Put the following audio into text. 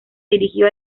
dirigió